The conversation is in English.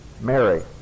Mary